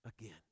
again